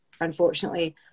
unfortunately